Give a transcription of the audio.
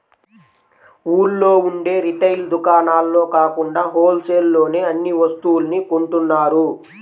ఊళ్ళో ఉండే రిటైల్ దుకాణాల్లో కాకుండా హోల్ సేల్ లోనే అన్ని వస్తువుల్ని కొంటున్నారు